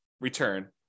return